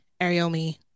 Ariomi